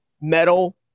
Metal